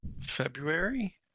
February